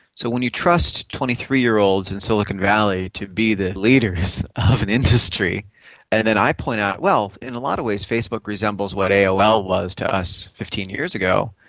so when you trust twenty three year olds in silicon valley to be the leaders of an industry and then i point out, well, in a lot of ways facebook resembles what aol was to us fifteen years ago,